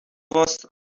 وایستا